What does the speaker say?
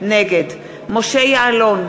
נגד משה יעלון,